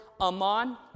aman